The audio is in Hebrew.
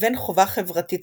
לבין חובה חברתית